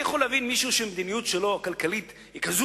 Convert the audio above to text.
אני יכול להבין מישהו שהמדיניות הכלכלית שלו היא כזאת